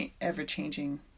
ever-changing